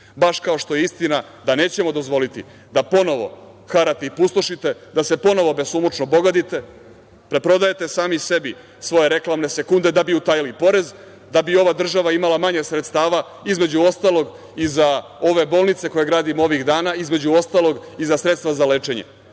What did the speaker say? baš kao što je istina da nećemo dozvoliti da ponovo harate i pustošite, da se ponovo besomučno bogatite, preprodajete sami sebi svoje reklamne sekunde da bi utajili porez, da bi ova država imala manje sredstava, između ostalog, i za ove bolnice koje gradimo ovih dana, između ostalog i za sredstva za lečenje. Nadate